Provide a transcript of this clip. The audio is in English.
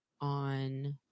on